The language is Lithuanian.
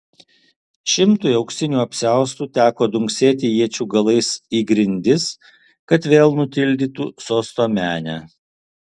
šimtui auksinių apsiaustų teko dunksėti iečių galais į grindis kad vėl nutildytų sosto menę